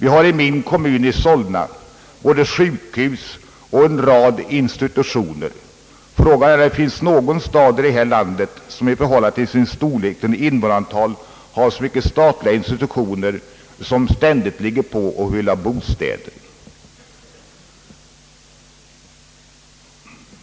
I min hemkommun Solna har vi både sjukhus och en rad institutioner. Frågan är om någon stad i vårt land i förhållande till storlek och sitt invånarantal har så många statliga institutioner, som ständigt framställer krav om att få bostäder.